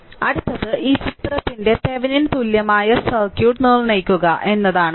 അടുത്തത് ഈ ചിത്രത്തിന്റെ തെവെനിൻ തുല്യമായ സർക്യൂട്ട് നിർണ്ണയിക്കുക എന്നതാണ്